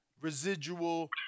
residual